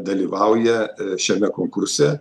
dalyvauja šiame konkurse